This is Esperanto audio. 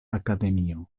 akademio